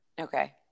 Okay